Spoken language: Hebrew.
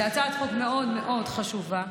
זו הצעת חוק מאוד מאוד חשובה,